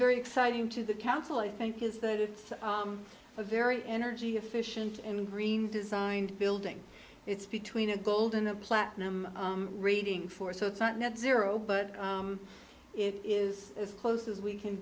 very exciting to the council i think is that it's a very energy efficient and green designed building it's between a golden a platinum rating for so it's not net zero but it is as close as we can